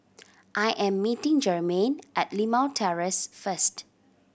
I am meeting Jermain at Limau Terrace first